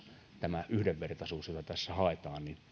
tämä yhdenvertaisuus jota tässä haetaan